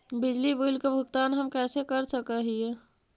बिजली बिल के भुगतान हम कैसे कर सक हिय?